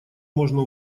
можно